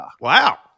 Wow